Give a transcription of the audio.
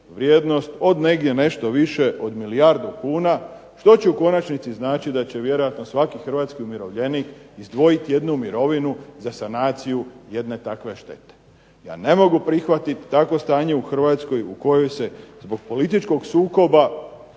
vrijednost od negdje nešto više od milijardu kuna, što će u konačnici značiti da će vjerojatno svaki hrvatski umirovljenik izdvojiti jednu mirovinu za sanaciju jedne takve štete. Ja ne mogu prihvatiti takvo stanje u Hrvatskoj u kojoj se zbog političkog sukoba